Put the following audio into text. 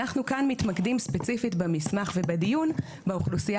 אנחנו כאן מתמקדים ספציפית במסמך ודיון באוכלוסייה